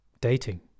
Dating